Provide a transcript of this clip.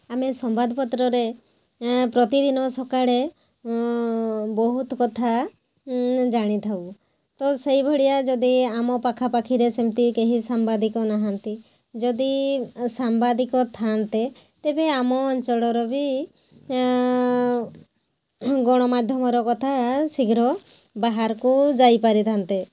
ଆମେ ସମ୍ବାଦ ପତ୍ରରେ ପ୍ରତିଦିନ ସକାଳେ ବହୁତ କଥା ଜାଣିଥାଉ ତ ସେହିଭଳିଆ ଯଦି ଆମ ପାଖାପାଖିରେ ସେମିତି କେହି ସାମ୍ବାଦିକ ନାହାନ୍ତି ଯଦି ସାମ୍ବାଦିକ ଥାଆନ୍ତେ ତେବେ ଆମ ଅଞ୍ଚଳର ବି ଗଣମାଧ୍ୟମର କଥା ଶୀଘ୍ର ବାହାରକୁ ଯାଇ ପାରିଥାନ୍ତେ